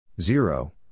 zero